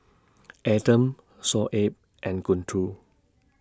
Adam Shoaib and Guntur